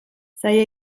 zaila